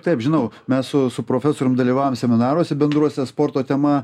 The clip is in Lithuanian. taip žinau mes su su profesoriumi dalyvavom seminaruose bendruose sporto tema